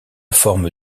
forme